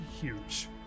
huge